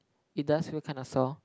it does feel kinda sore